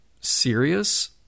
serious